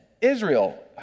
Israel